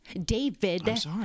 David